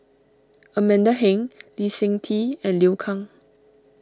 Amanda Heng Lee Seng Tee and Liu Kang